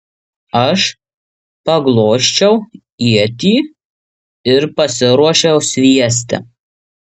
aš paglosčiau ietį ir pasiruošiau sviesti